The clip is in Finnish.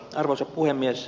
arvoisa puhemies